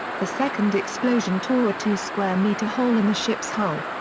the second explosion tore a two square metre hole in the ship's hull.